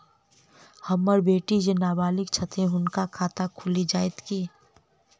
हम्मर बेटी जेँ नबालिग छथि हुनक खाता खुलि जाइत की?